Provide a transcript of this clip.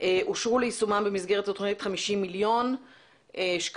אושרו ליישומה במסגרת התכנית 50 מיליון שקלים.